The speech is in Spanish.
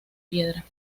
piedra